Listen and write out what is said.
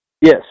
Yes